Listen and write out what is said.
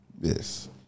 Yes